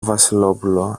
βασιλόπουλο